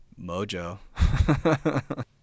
mojo